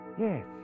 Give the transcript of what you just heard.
Yes